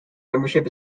membership